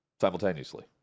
simultaneously